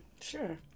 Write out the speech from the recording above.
Sure